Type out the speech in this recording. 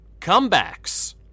comebacks